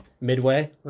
Midway